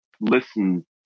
listen